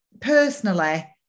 personally